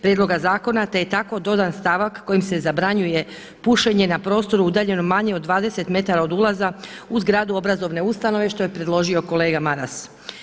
Prijedloga zakona, te je tako dodan stavak kojim se zabranjuje pušenje na prostoru udaljenom manje od 20 metara od ulaza uz zgradu obrazovne ustanove što je predložio kolega Maras.